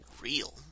real